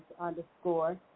underscore